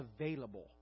available